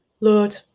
Lord